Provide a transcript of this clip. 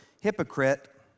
hypocrite